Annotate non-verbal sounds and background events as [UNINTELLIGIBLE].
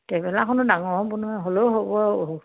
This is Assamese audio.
ট্ৰেভেলাৰখনো ডাঙৰ হ'ব নহয় হ'লেও হ'ব আৰু [UNINTELLIGIBLE]